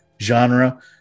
genre